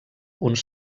uns